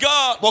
God